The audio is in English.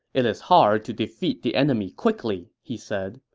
it's hard to defeat the enemy quickly, he said.